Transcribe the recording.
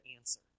answer